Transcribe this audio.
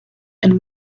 and